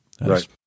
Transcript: Right